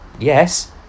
Yes